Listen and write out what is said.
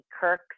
Kirk